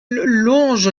longe